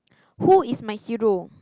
who is my hero